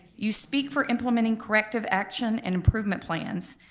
you speak for implementing corrective action and improvement plans.